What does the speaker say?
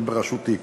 בריאיון ב"גלי צה"ל"